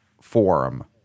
forum